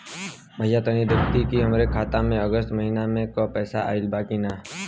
भईया तनि देखती की हमरे खाता मे अगस्त महीना में क पैसा आईल बा की ना?